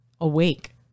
awake